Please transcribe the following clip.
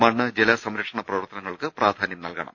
മണ്ണ് ജല സംരക്ഷണ പ്രവർത്തനങ്ങൾക്ക് പ്രാധാന്യം നൽകണം